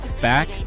back